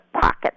pocket